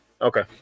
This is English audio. Okay